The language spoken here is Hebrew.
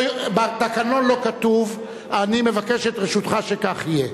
בתקנון לא כתוב, ואני מבקש את רשותך שכך יהיה.